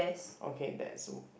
okay that's w~